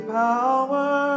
power